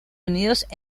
unidos